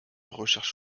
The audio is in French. recherche